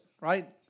Right